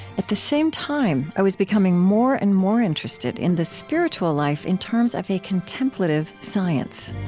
at the same time i was becoming more and more interested in the spiritual life in terms of a contemplative science.